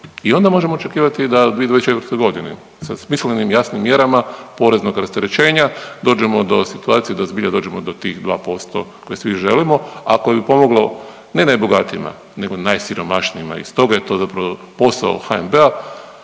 i onda možemo očekivati da u 2024. godini sa smislenim, jasnim mjerama poreznog rasterećenja dođemo do situacije da zbilja dođemo do tih 2% koje svi želimo. Ako bi pomoglo ne najbogatijima, nego najsiromašnijima i stoga je to zapravo posao HNB-a